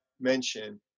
mention